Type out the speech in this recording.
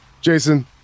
Jason